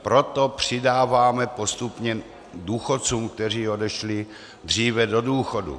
Proto přidáváme postupně důchodcům, kteří odešli dříve do důchodu.